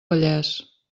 vallès